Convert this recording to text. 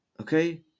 Okay